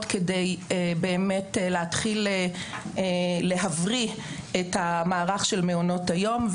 כדי להתחיל להבריא את המערך של מעונות היום.